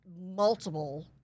multiple